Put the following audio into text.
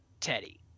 Teddy